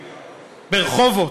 ברחובות,